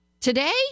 Today